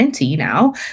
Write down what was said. now